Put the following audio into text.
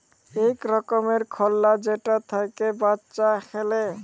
ইক রকমের খেল্লা যেটা থ্যাইকে বাচ্চা খেলে